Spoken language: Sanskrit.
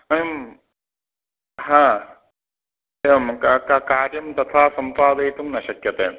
वयं एवं का कार्यं तथा सम्पादयितुं न शक्यते